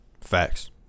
Facts